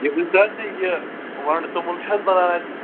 یہِ ؤنۍتَو حظ یہِ وَڈٕ توٚمُل چھِ حظ بَنان اَتہِ